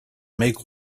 make